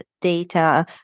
data